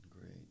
Great